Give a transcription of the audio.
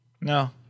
No